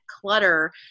clutter